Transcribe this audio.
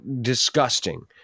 Disgusting